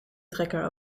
trekker